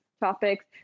topics